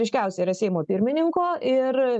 ryškiausia yra seimo pirmininko ir